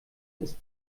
ist